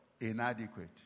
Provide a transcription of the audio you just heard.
Inadequate